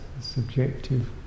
subjective